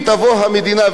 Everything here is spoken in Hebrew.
כמו שאני אומר,